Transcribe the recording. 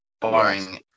Barring